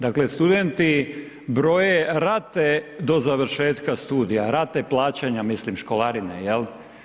Dakle studenti broje rate do završetka studija, rate plaćanja mislim školarine jel'